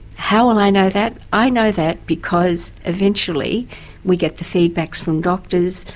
how will i know that? i know that because eventually we get the feedbacks from doctors,